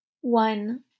One